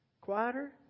quieter